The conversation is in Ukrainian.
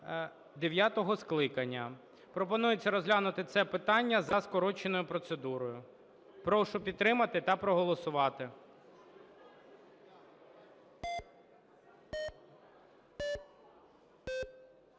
дев'ятого скликання". Пропонується розглянути це питання за скороченою процедурою. Прошу підтримати та проголосувати.